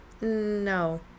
No